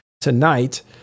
tonight